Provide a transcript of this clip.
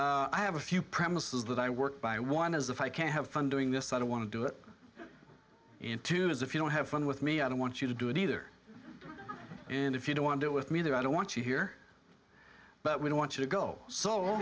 as i have a few premises that i work by one as if i can have fun doing this i don't want to do it in tune as if you don't have fun with me i don't want you to do it either and if you don't want it with me there i don't want you here but we don't want you to go so